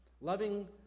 loving